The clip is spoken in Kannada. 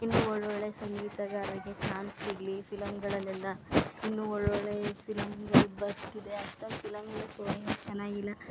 ಇನ್ನೂ ಒಳ್ಳೊಳ್ಳೆಯ ಸಂಗೀತಗಾರರಿಗೆ ಚಾನ್ಸ್ ಸಿಗಲಿ ಫಿಲಮ್ಗಳಲ್ಲೆಲ್ಲ ಇನ್ನೂ ಒಳ್ಳೊಳ್ಳೆಯ ಫಿಲಮ್ಗಳು ಬರ್ತಿದೆ ಅಷ್ಟೊಂದು ಫಿಲಮ್ಗೆ ಚೆನ್ನಾಗಿಲ್ಲ